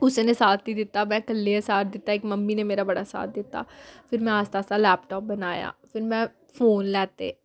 कुसै ने साथ ही दित्ता में कल्लै दे साथ दित्ता इक मम्मी ने मेरा बड़ा साथ दित्ता फिर में आस्ता आस्ता लैपटाप बनाया फिर में फोन लैते